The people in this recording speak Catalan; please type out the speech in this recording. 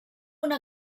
una